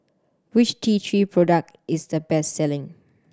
which T Three product is the best selling